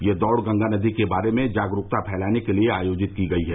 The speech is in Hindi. यह दौड़ गंगा नदी के बारे में जागरूकता फैलाने के लिए आयोजित की गई है